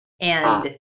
And-